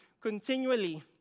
continually